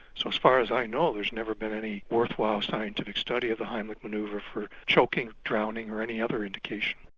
so as far as i know there has never been any worthwhile scientific study of the heimlich manoeuvre for choking, drowning or any other indication.